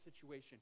situation